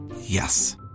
Yes